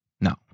No